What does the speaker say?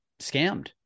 scammed